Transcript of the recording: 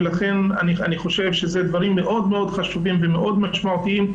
ולכן אני חושב שזה דברים מאוד מאוד חשובים ומאוד משמעותיים,